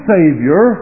Savior